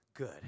Good